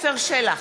עפר שלח,